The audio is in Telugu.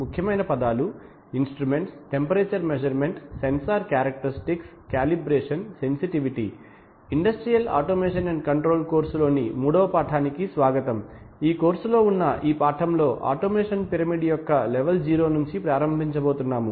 ముఖ్యమైన పదాలు instruments temperature measurement sensor characteristics calibration sensitivity industrial automation and control course లోని మూడవ పాఠానికి స్వాగతం ఈ కోర్సు లో ఉన్న ఈ పాఠంలో ఆటోమేషన్ పిరమిడ్ యొక్క లెవెల్ జీరో నుంచి ప్రారంభించబోతున్నాము